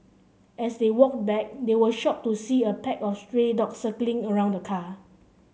as they walked back they were shocked to see a pack of stray dogs circling around the car